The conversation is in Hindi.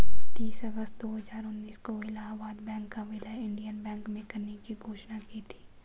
तीस अगस्त दो हजार उन्नीस को इलाहबाद बैंक का विलय इंडियन बैंक में करने की घोषणा की थी